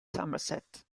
somerset